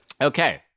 Okay